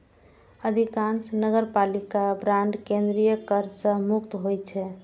अधिकांश नगरपालिका बांड केंद्रीय कर सं मुक्त होइ छै